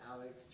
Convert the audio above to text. Alex